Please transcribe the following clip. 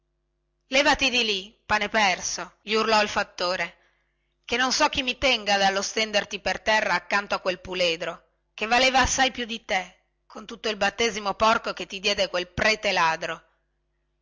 levati di lì paneperso gli urlò il fattore chè non so chi mi tenga dallo stenderti per terra accanto a quel puledro che valeva assai più di te con tutto il battesimo porco che ti diede quel prete ladro